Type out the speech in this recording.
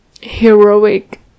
heroic